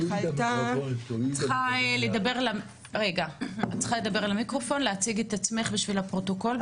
את צריכה לדבר אל המיקרופון ולהציג את עצמך לפרוטוקול,